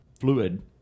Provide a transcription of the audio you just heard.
fluid